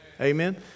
Amen